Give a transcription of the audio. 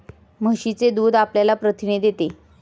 म्हशीचे दूध आपल्याला प्रथिने देते